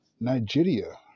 Nigeria